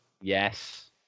Yes